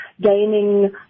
gaining